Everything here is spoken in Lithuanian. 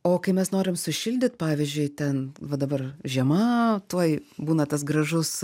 o kai mes norim sušildyt pavyzdžiui ten va dabar žiema tuoj būna tas gražus